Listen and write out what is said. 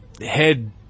head